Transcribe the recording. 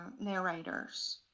narrators